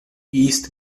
east